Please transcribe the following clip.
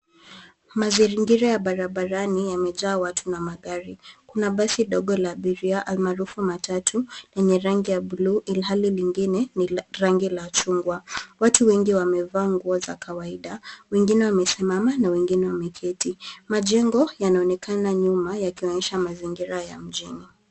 Mazingira ya barabarani yamejaa watu na magari. Kuna basi ndogo la abiria almaarufu matatu lenye rangi ya bluu ilhali nyingine ni ya rangi ya chungwa. Watu wengi wamevaa nguo za kawaida. Wengine wamesimama na wengine wameketi. Majengo yanaonekana nyuma yakionyesha mazingira ya mjini.